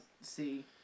see